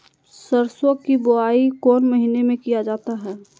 सरसो की बोआई कौन महीने में किया जाता है?